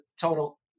total